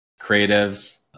creatives